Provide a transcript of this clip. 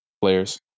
players